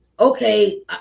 Okay